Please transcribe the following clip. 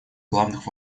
главных